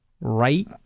right